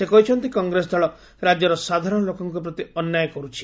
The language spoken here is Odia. ସେ କହିଛନ୍ତି କଂଗ୍ରେସ ଦଳ ରାଜ୍ୟର ସାଧାରଣ ଲୋକଙ୍କ ପ୍ରତି ଅନ୍ୟାୟ କରୁଛି